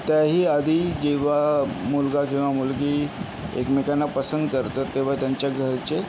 त्याही आधी जेव्हा मुलगा किंवा मुलगी एकमेकांना पसंत करतात तेव्हा त्यांच्या घरचे